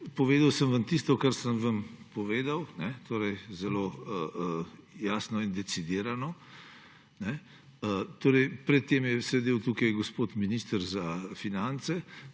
Povedal sem vam tisto, kar sem vam povedal, zelo jasno in decidirano. Pred tem je sedel tukaj gospod minister za finance,